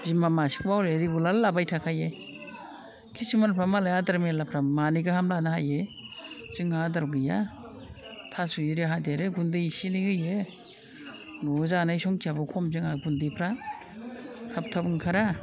बिमा मासेखौबा हले रेगुलार लाबाय थाखायो किसुमानफ्रा मालाय आदार मेरलाफ्रा मानै गाहाम लानो हायो जोंहा आदार गैया थास' इरि हादेरो गुन्दै इसे एनै होयो न'आव जानाय संख्याखौ खम जोंहा गुन्दैफ्रा थाब थाब ओंखारा